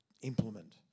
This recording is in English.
implement